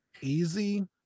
easy